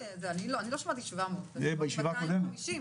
אני לא שמעתי 700. אני שמעתי 250,